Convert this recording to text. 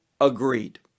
agreed